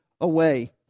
away